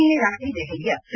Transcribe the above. ನಿನ್ನೆ ರಾತ್ರಿ ದೆಹಲಿಯ ಫಿ